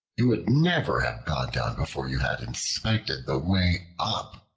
you would never have gone down before you had inspected the way up,